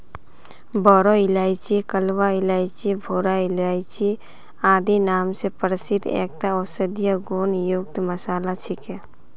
बोरो इलायची कलवा इलायची भूरा इलायची आदि नाम स प्रसिद्ध एकता औषधीय गुण युक्त मसाला छिके